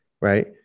right